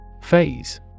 Phase